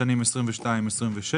בשנים 22'-26',